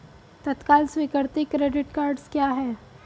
तत्काल स्वीकृति credit cards क्या हैं?